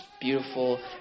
beautiful